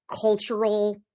cultural